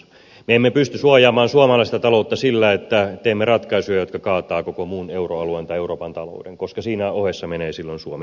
me emme pysty suojaamaan suomalaista taloutta sillä että teemme ratkaisuja jotka kaatavat koko muun euroalueen tai euroopan talouden koska siinä ohessa menee silloin suomi